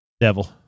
devil